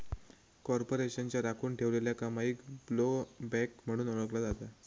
कॉर्पोरेशनच्या राखुन ठेवलेल्या कमाईक ब्लोबॅक म्हणून ओळखला जाता